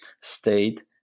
state